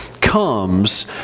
comes